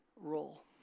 role